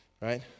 right